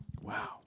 Wow